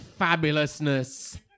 fabulousness